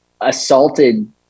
assaulted